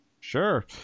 Sure